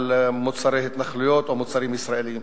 מוצרי התנחלויות או מוצרים ישראליים.